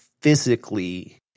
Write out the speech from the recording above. physically